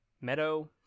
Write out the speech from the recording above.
meadow